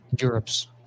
Europe's